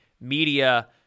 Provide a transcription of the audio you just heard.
media